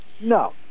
No